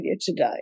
today